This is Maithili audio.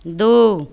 दू